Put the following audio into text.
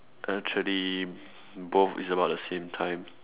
actually both is about the same time